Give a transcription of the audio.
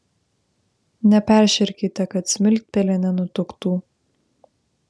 neperšerkite kad smiltpelė nenutuktų